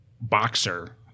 boxer